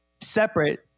separate